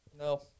No